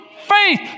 faith